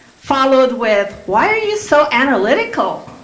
followed with, why are you so analytical